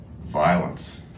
violence